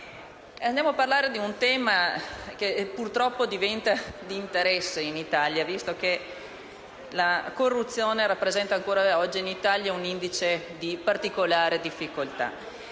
Andiamo a parlare di un tema che purtroppo diventa di interesse in Italia, visto che nel nostro Paese la corruzione rappresenta ancora oggi un indice di particolare difficoltà.